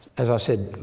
as i said,